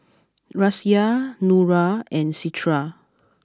Raisya Nura and Citra